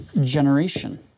generation